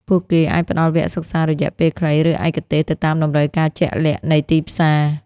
ពួកគេអាចផ្តល់វគ្គសិក្សារយៈពេលខ្លីឬឯកទេសទៅតាមតម្រូវការជាក់លាក់នៃទីផ្សារ។